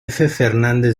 fernández